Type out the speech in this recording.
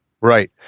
Right